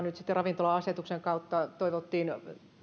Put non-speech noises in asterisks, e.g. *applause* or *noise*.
*unintelligible* nyt ravintola asetuksen kautta toivottiin